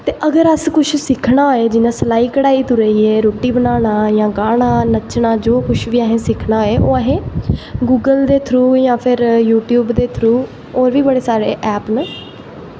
ते अगर अस कुछ सिक्खनां होऐ जि'यां सलाई कढ़ाई तों लेइयै रुट्टी बनाना जां गाना जो कुछ बी असें सिक्खना होए ओह् असें गूगल दे थ्रू जां फिर यूट्यूब दे थ्रू होर बी बड़े सारे ऐप न